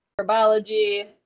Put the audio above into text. herbology